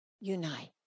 unite